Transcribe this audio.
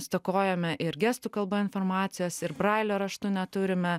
stokojame ir gestų kalba informacijos ir brailio raštu neturime